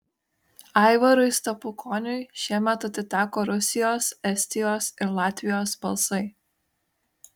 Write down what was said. aivarui stepukoniui šiemet atiteko rusijos estijos ir latvijos balsai